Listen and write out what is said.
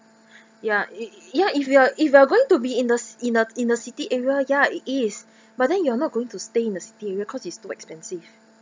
ya it it ya if you are if you are going to be in the ci~ in the in the city area ya it is but then you're not going to stay in the city area cause it's too expensive